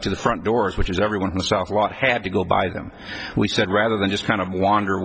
to the front doors which is everyone who saw a lot had to go by them we said rather than just kind of wander